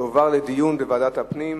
תועבר לדיון בוועדת הפנים.